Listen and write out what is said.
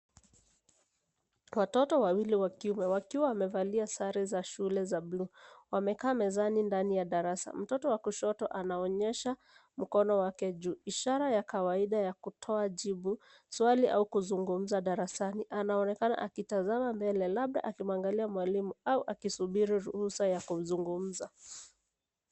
Watoto wawili wakiwa wamevalia sare za shule za buluu, wamekaa mezani ndani ya darasa. Mtoto wa kushoto ameonyesha mkono wake juu, ishara ya kawaida ya kutoa kujibu, kuuliza swali, au kuzungumza darasani. Anaonekana akitazama mbele, labda akimwangalia mwalimu au akisubiri ruhusa ya kuzungumza.